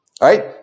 right